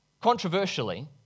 Controversially